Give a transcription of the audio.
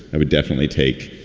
i would definitely take